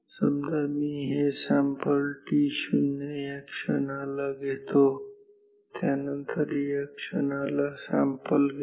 समजा मी हे सॅम्पल या t0 क्षणाला घेतो त्यानंतर या क्षणाला सॅम्पल घेतो